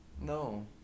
No